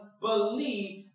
believe